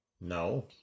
No